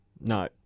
No